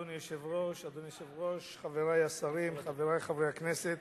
אדוני היושב-ראש, חברי השרים, חברי חברי הכנסת,